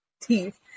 teeth